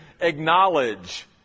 acknowledge